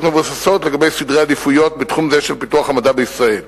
מבוססות לגבי סדרי עדיפויות בתחום של פיתוח המדע בישראל.